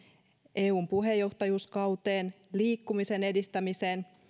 eun puheenjohtajuuskauteen liikkumisen edistämiseen